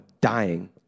dying